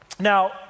Now